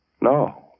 No